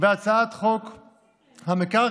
הצעת חוק המקרקעין,